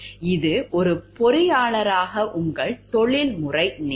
இது ஒரு பொறியியலாளராக உங்கள் தொழில்முறை நேர்மை